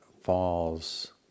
falls